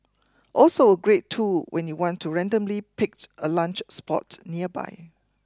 also a great tool when you want to randomly picked a lunch spot nearby